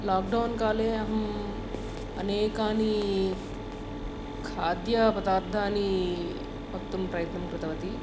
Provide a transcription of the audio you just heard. lockdown काले अहम् अनेकानि खाद्यपदर्थानि पक्तुं प्रयत्नं कृतवती